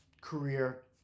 career